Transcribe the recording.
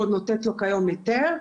או נותנת לו היום היתר,